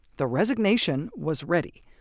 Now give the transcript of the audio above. the resignation was ready.